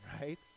right